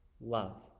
love